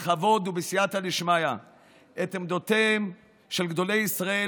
בכבוד ובסייעתא דשמיא את עמדותיהם של גדולי ישראל